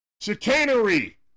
Chicanery